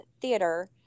theater